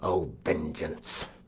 o, vengeance!